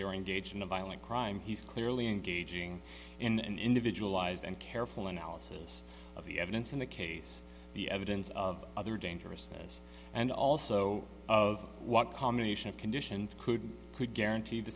they were engaged in a violent crime he's clearly engaging in an individualized and careful analysis of the evidence in the case the evidence of other dangerousness and also of what combination of conditions could guarantee the